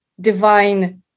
divine